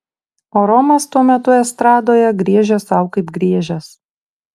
o romas tuo metu estradoje griežė sau kaip griežęs